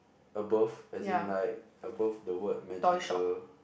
above as in like above the word magical